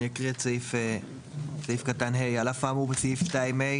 אני אקריא את סעיף קטן (ה): "על אף האמור בסעיף 2(ה),